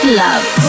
love